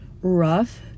rough